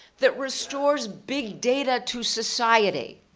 that restores big data to society.